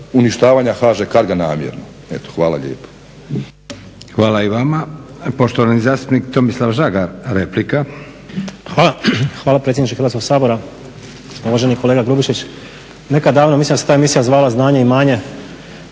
uništavanja HŽ Carga namjerno. Eto hvala lijepo. **Leko, Josip (SDP)** Hvala i vama. Poštovani zastupnik Tomislav Žagar, replika. **Žagar, Tomislav (SDP)** Hvala predsjedniče Hrvatskog sabora, uvaženi kolega Grubišić. Nekad davno, mislim da se ta emisija zvala "Znanje i imanje",